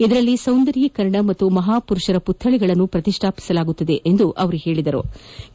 ಇದರಲ್ಲಿ ಸೌಂದರ್ಯೀಕರಣ ಮತ್ತು ಮಹಾಪುರುಷರ ಪುತ್ದಳಿಗಳನ್ನು ಪ್ರತಿಷ್ಠಾಪಿಸಲಾಗುತ್ತಿದೆ ಎಂದರು